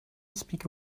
speak